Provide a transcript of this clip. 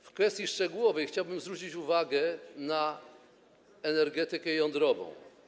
W kwestii szczegółowej chciałbym zwrócić uwagę na energetykę jądrową.